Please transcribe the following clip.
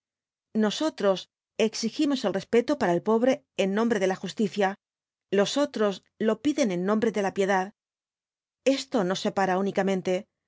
nosotros exigimos el respeto para el pobre en nombre de la justicia los otros lo piden en nombre de la piedad esto nos separa únicamente